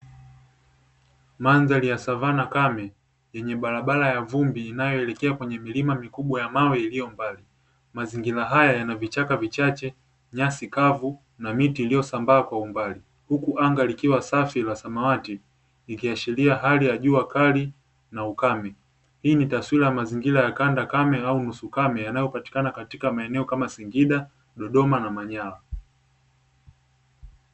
Mandhari ya savana kame, yenye barabara ya vumbi inayoelekea kwenye milima mikubwa ya mawe iliyo mbali. Mazingira haya yana vichaka vichache, nyasi kavu na miti iliyosambaa kwa umbali. Huku anga likiwa safi la samawati, likiashiria hali ya jua kali na ukame. Hii ni taswira ya mazingira ya kanda kame au nusu kame yanayopatikana katika maeneo kama Singida, Dodoma na Manyara.